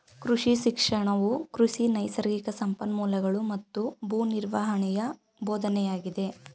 ಕೃಷಿ ಶಿಕ್ಷಣವು ಕೃಷಿ ನೈಸರ್ಗಿಕ ಸಂಪನ್ಮೂಲಗಳೂ ಮತ್ತು ಭೂ ನಿರ್ವಹಣೆಯ ಬೋಧನೆಯಾಗಿದೆ